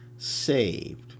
saved